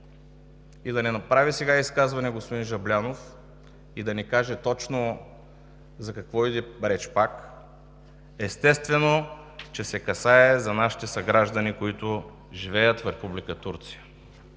и да не направи сега господин Жаблянов изказване и да не каже точно за какво иде реч пак, естествено е, че се касае за нашите съграждани, които живеят в Република Турция